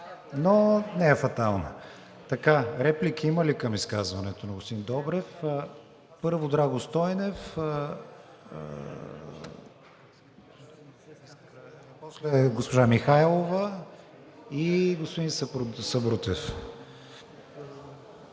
но не е фатално. Реплики има ли към изказването на господин Добрев? Първо Драго Стойнев, после госпожа Михайлова и господин Сабрутев.